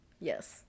Yes